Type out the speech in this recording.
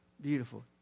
beautiful